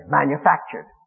manufactured